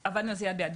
עבדנו על זה יד ביד.